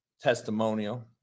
testimonial